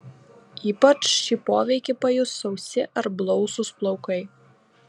ypač šį poveikį pajus sausi ar blausūs plaukai